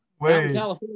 Wait